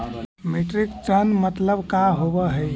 Metric tonne मतलब का होव हइ?